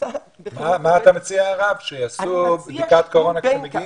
מה אתה מציע, הרב, שיעשו בדיקת קורונה כשמגיעים?